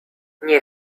nie